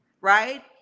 right